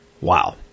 Wow